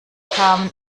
kamen